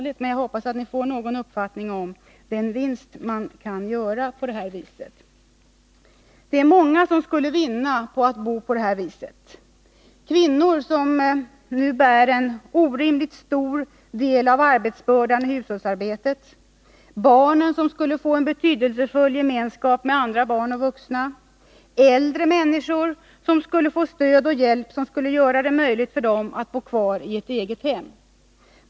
Jag hoppas att ni kan få en uppfattning om vilken vinst man kan göra på det här viset. Det är många som skulle vinna på denna boendeform: kvinnor, som bär en orimligt stor del av arbetsbördan i hushållsarbetet, barn, som skulle få en betydelsefull gemenskap med andra barn och vuxna, äldre människor, som skulle få stöd och hjälp, vilket skulle göra det möjligt för dem att bo kvar i ett eget hem.